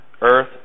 earth